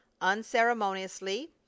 unceremoniously